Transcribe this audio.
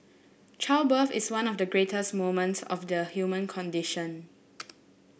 childbirth is one of the greatest moments of the human condition